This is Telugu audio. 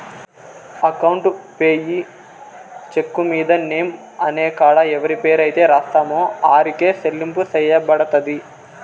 అకౌంట్ పేయీ చెక్కు మీద నేమ్ అనే కాడ ఎవరి పేరైతే రాస్తామో ఆరికే సెల్లింపు సెయ్యబడతది